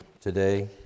today